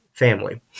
Family